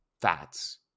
fats